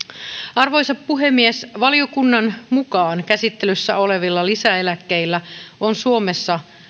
arvoisa puhemies valiokunnan mukaan käsittelyssä olevilla lisäeläkkeillä on suomessa